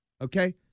okay